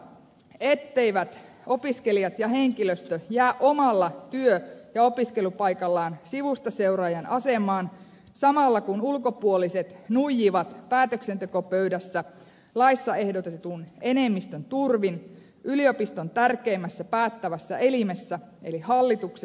uuden lain tulee taata etteivät opiskelijat ja henkilöstö jää omalla työ ja opiskelupaikallaan sivustaseuraajan asemaan samalla kun ulkopuoliset nuijivat asiat yliopiston tärkeimmässä päättävässä elimessä eli hallituksessa sen päätöksentekopöydässä laissa ehdotetun enemmistön turvin